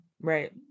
Right